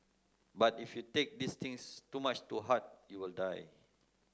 but if you take these things too much to heart you will die